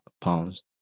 pounds